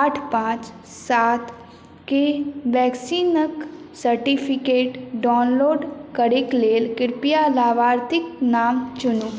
आठ पाँच सातके वैक्सीनक सर्टिफिकेट डाउनलोड करैक लेल कृपया लाभार्थीक नाम चुनू